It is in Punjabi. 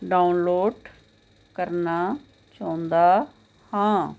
ਡਾਊਨਲੋਡ ਕਰਨਾ ਚਾਹੁੰਦਾ ਹਾਂ